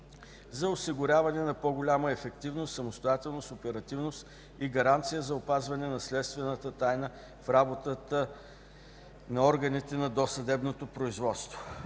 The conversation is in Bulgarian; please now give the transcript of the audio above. за осигуряване на по-голяма ефективност, самостоятелност, оперативност и гаранции за опазване на следствената тайна в работата на органите на досъдебното производство.